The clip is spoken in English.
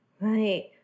Right